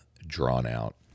drawn-out